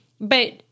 But-